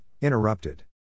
interrupted